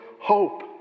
hope